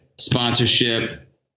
sponsorship